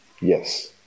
Yes